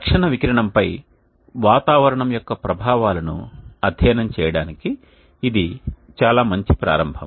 తక్షణ వికిరణంపై వాతావరణం యొక్క ప్రభావాలను అధ్యయనం చేయడానికి ఇది చాలా మంచి ప్రారంభం